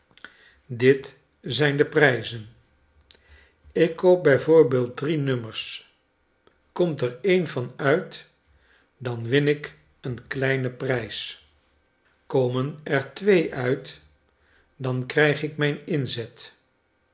dit zijn deprijzen ik koop bijv drie nummers komt er een van uit dan win ik een kleinen prijs komen er twee uit dan krijg ik mijn inzet